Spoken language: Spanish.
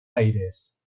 aires